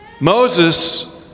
Moses